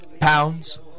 pounds